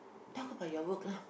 talk about your work lah